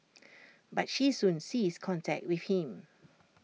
but she soon ceased contact with him